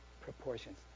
proportions